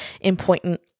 important